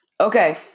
Okay